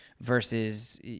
versus